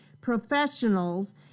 professionals